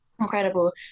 incredible